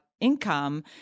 income